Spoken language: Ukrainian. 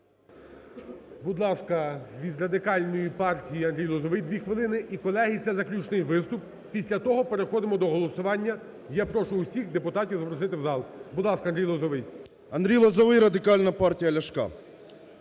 Будь ласка, від Радикальної партії Андрій Лозовий, дві хвилини. І, колеги, це заключний виступ, після цього переходимо до голосування. Я прошу всіх депутатів запросити в зал. Будь ласка, Андрій Лозовий. 12:55:40 ЛОЗОВОЙ А.С. Андрій Лозовий, Радикальна партія Ляшка.